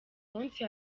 munsi